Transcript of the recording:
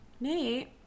Nate